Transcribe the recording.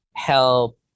help